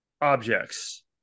Objects